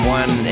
one